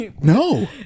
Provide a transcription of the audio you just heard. no